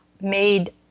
made